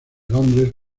londres